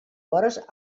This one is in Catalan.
hores